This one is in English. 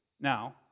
Now